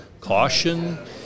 Caution